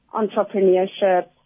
entrepreneurship